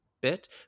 bit